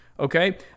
Okay